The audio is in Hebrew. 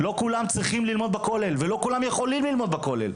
לא כולם צריכים ללמוד בכולל ולא כולם יכולים ללמוד בכולל.